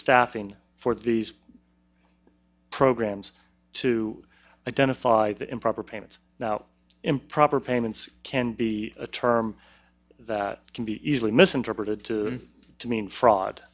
staffing for these programs to identify the improper payments now improper payments can be a term that can be easily misinterpreted to to mean fraud